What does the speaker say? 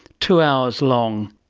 two hours long.